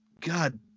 God